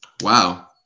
wow